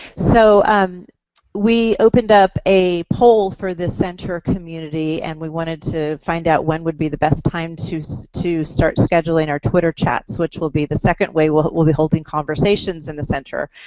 so um we opened up a poll for the center community, and we wanted to find out when would be the best time to so to start scheduling our twitter chats which will be the second way we'll be holding conversations in the center.